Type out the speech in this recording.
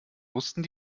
wussten